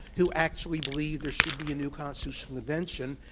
who actually believe there should be a new constitutional convention,